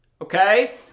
Okay